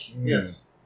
Yes